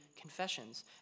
confessions